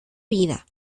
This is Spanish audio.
vida